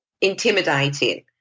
intimidating